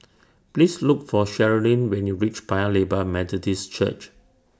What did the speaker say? Please Look For Cherilyn when YOU REACH Paya Lebar Methodist Church